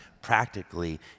practically